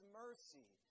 mercy